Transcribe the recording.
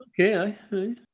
Okay